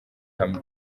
hamwe